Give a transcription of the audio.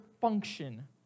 function